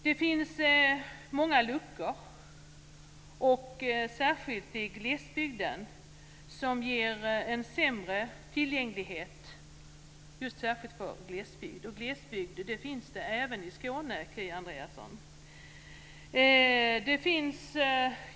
Det finns många luckor, särskilt i glesbygden, som ger en sämre tillgänglighet, och glesbygd finns det även i Skåne, Kia Andreasson.